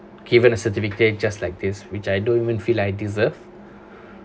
given a certificate just like this which I don't even feel I deserve